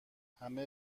همه